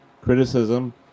criticism